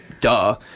duh